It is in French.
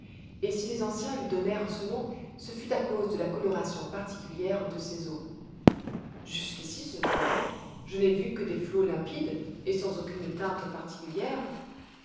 et si les anciens lui donnèrent ce nom ce fut à cause de la coloration particulière de ses eaux jusqu'ici cependant je n'ai vu que des flots limpides et sans aucune teinte particulière